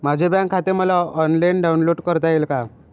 माझे बँक खाते मला ऑनलाईन डाउनलोड करता येईल का?